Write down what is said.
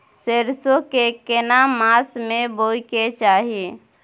सरसो के केना मास में बोय के चाही?